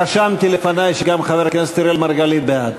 רשמתי לפני שגם חבר הכנסת אראל מרגלית בעד.